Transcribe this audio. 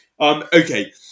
okay